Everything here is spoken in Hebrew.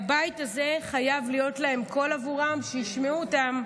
הבית הזה חייב להיות עבורם קול כדי שישמעו אותם,